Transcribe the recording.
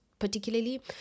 particularly